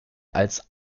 als